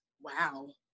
wow